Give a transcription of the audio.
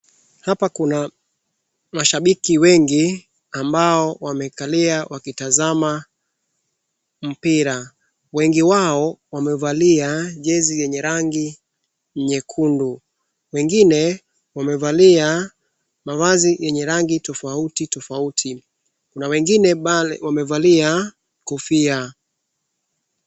Hapa kuna mashabiki wengi ambao wamekalia wakitazama mpira. Wengi wao wamevalia jezi yenye rangi nyekundu. Wengine wamevalia mavazi yenye rangi tofauto tofauti. Kuna wengine wamevalia kofia.